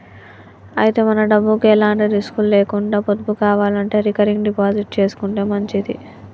అయితే మన డబ్బుకు ఎలాంటి రిస్కులు లేకుండా పొదుపు కావాలంటే రికరింగ్ డిపాజిట్ చేసుకుంటే మంచిది